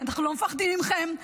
אנחנו לא מפחדים מכם.